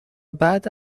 بعد